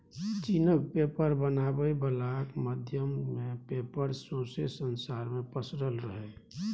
चीनक पेपर बनाबै बलाक माध्यमे पेपर सौंसे संसार मे पसरल रहय